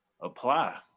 apply